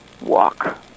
walk